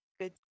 good